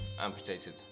amputated